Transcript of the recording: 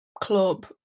club